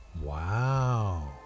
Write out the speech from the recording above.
Wow